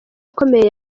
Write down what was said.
akomeye